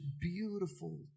beautiful